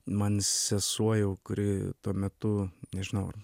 man sesuo jau kuri tuo metu nežinau